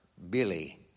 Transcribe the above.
Billy